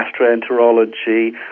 gastroenterology